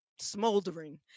smoldering